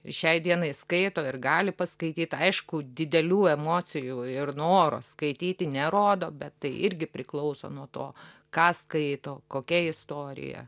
šiai dienai skaito ir gali paskaityt aišku didelių emocijų ir noro skaityti nerodo bet tai irgi priklauso nuo to ką skaito kokia istorija